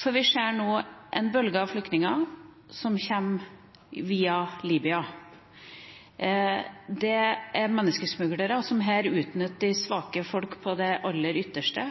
Vi ser nå en bølge av flyktninger som kommer via Libya. Menneskesmuglere utnytter her svake folk til det aller ytterste,